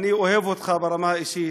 אני אוהב אותך ברמה האישית.